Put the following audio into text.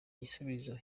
gusubira